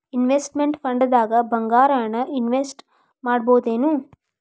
Investment ಫಂಡ್ದಾಗ್ ಭಂಗಾರಾನ invest ಮಾಡ್ಬೊದೇನು?